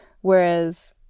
Whereas